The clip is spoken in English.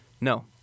No